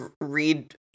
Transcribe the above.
read